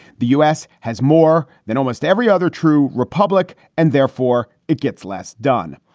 the u s. has more than almost every other true republic and therefore it gets less done.